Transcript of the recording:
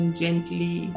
gently